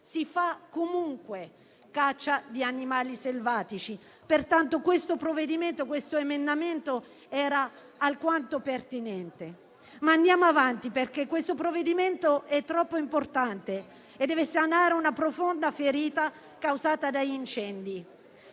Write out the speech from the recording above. si fa comunque caccia di animali selvatici. Pertanto, questo emendamento era alquanto pertinente. Ma andiamo avanti, perché questo provvedimento è troppo importante e deve sanare una profonda ferita causata dagli incendi.